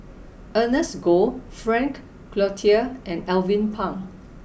Ernest Goh Frank Cloutier and Alvin Pang